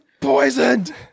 poisoned